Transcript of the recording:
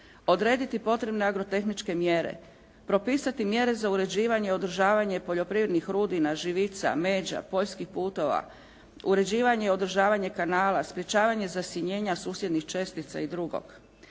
Odrediti potrebne agrotehničke mjere, propisati mjere za uređivanje i održavanje poljoprivrednih rudina, živica, međa, poljskih putova, uređivanje i održavanje kanala, sprečavanje zasjenjenja susjednih čestica i drugo.